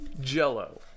Jell-O